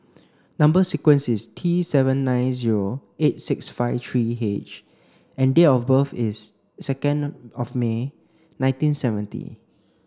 number sequence is T seven nine zero eight six five three H and date of birth is second of May nineteen seventy